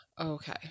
okay